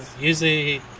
usually